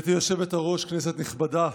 גברתי היושבת-ראש, כנסת נכבדה,